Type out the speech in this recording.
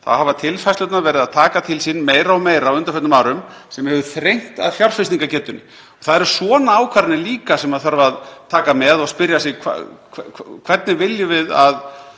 þá hafa tilfærslurnar verið að taka til sín meira og meira á undanförnum árum sem hefur þrengt að fjárfestingargetunni. Það eru svona ákvarðanir líka sem maður þarf að taka með og spyrja sig: Hvernig viljum við að